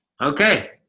Okay